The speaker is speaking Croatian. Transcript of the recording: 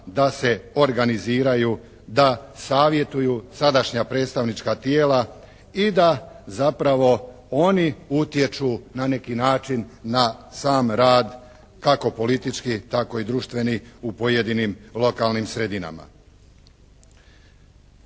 da se organiziraju, da savjetuju sadašnja predstavnička tijela i da zapravo oni utječu na neki način na sam rad kako politički tako i društveni u pojedinim lokalnim sredinama.